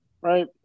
right